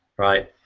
right?